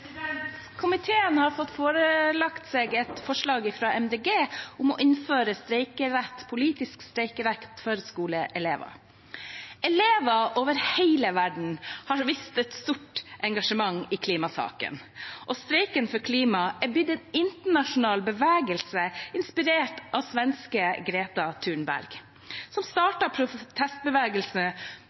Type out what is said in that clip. minutt. Komiteen har fått seg forelagt et forslag fra Miljøpartiet De Grønne om å innføre politisk streikerett for skoleelever. Elever over hele verden har vist et stort engasjement i klimasaken. Streiken for klimaet er blitt en internasjonal bevegelse inspirert av svenske Greta Thunberg, som startet protestbevegelsen